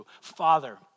Father